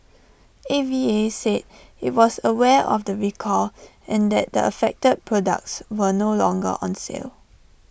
A V A said IT was aware of the recall and that the affected products were no longer on sale